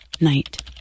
night